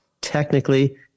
technically